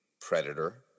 Predator